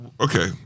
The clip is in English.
Okay